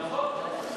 נכון.